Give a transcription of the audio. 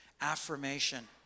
affirmation